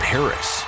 Paris